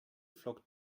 flockt